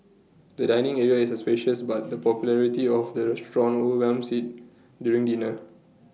the dining area is spacious but the popularity of the restaurant overwhelms IT during dinner